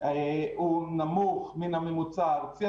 הוא נמוך מן הממוצע הארצי.